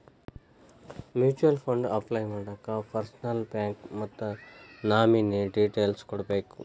mutual fund apply ಮಾಡಾಕ ಪರ್ಸನಲ್ಲೂ bank ಮತ್ತ ನಾಮಿನೇ ಡೇಟೇಲ್ಸ್ ಕೋಡ್ಬೇಕ್